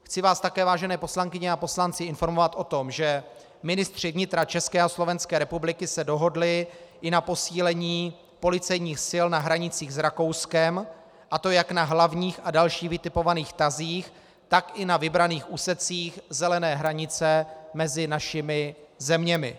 Chci vás také, vážené poslankyně a poslanci, informovat o tom, že ministři vnitra České a Slovenské republiky se dohodli i na posílení policejních sil na hranicích s Rakouskem, a to jak na hlavních a dalších vytipovaných tazích, tak i na vybraných úsecích zelené hranice mezi našimi zeměmi.